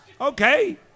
Okay